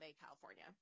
California